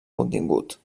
contingut